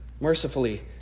mercifully